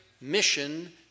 mission